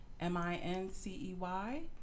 M-I-N-C-E-Y